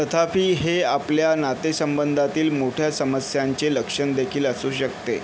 तथापि हे आपल्या नातेसंबंधातील मोठ्या समस्यांचे लक्षण देखील असू शकते